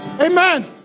Amen